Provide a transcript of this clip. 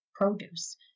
produce